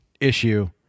issue